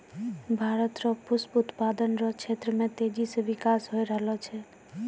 भारत रो पुष्प उत्पादन रो क्षेत्र मे तेजी से बिकास होय रहलो छै